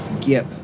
Gip